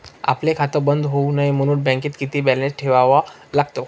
आपले खाते बंद होऊ नये म्हणून बँकेत किती बॅलन्स ठेवावा लागतो?